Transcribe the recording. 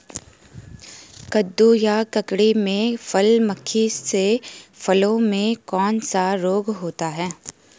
कद्दू या ककड़ी में फल मक्खी से फलों में कौन सा रोग होता है?